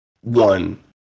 one